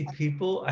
people